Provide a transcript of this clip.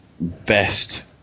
best